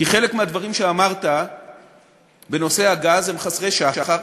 כי חלק מהדברים שאמרת בנושא הגז הם חסרי שחר,